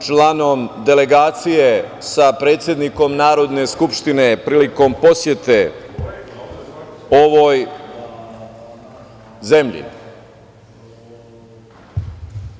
član delegacije sa predsednikom Narodne skupštine prilikom posete ovoj zemlji.